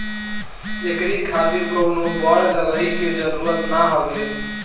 एकरी खातिर कवनो बड़ जगही के जरुरत ना हवे